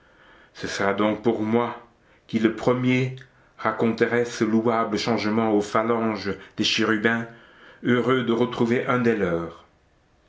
ce sera donc moi qui le premier raconterai ce louable changement aux phalanges des chérubins heureux de retrouver un des leurs